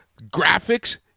Graphics